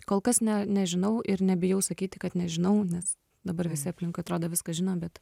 kol kas ne nežinau ir nebijau sakyti kad nežinau nes dabar visi aplinkui atrodo viską žino bet